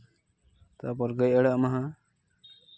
ᱛᱟᱨᱯᱚᱨ ᱜᱟᱹᱭ ᱟᱲᱟᱜ ᱢᱟᱦᱟ